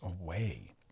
away